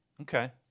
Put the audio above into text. okay